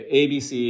abc